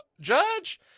Judge